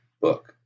book